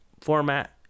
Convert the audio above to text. format